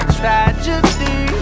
tragedy